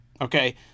Okay